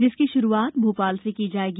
जिसकी शुरुआत भोपाल से की जायेगी